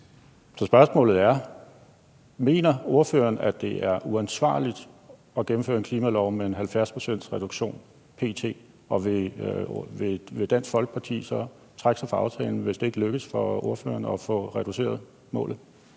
Så spørgsmålet er: Mener ordføreren, at det er uansvarligt at gennemføre en klimalov med en 70-procentsreduktion p.t.? Og vil Dansk Folkeparti trække sig fra aftalen, hvis det ikke lykkes for ordføreren at få reduceret målet?